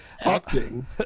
Acting